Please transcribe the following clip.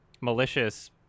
malicious